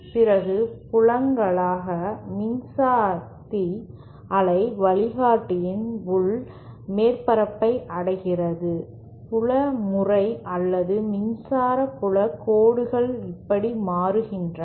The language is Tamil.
பிறகு புலங்களாக மின்சக்தி அலை வழிகாட்டியின் உள் மேற்பரப்பை அடைகிறது புல முறை அல்லது மின்சார புல கோடுகள் இப்படி மாறுகின்றன